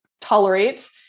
tolerate